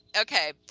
okay